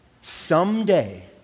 Someday